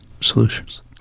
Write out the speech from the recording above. solutions